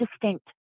distinct